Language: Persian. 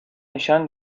نشان